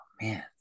Man